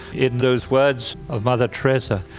in those words of mother teresa,